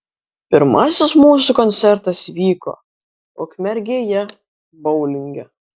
pirmasis mūsų koncertas vyko ukmergėje boulinge